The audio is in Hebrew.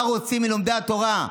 מה רוצים מלומדי התורה?